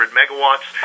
megawatts